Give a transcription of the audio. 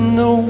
no